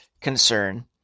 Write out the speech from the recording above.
concern